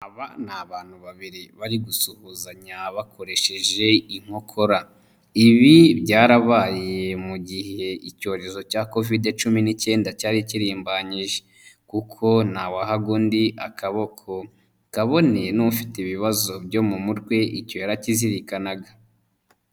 Aba ni abantu babiri bari gusuhuzanya bakoresheje inkokora, ibi byarabaye mu gihe icyorezo cya kovide cumi n'icyenda cyari kirimbanyije kuko ntawahaga undi akaboko, kabone n'ufite ibibazo byo mu mutwe icyo yarakizirikanaga.